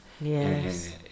Yes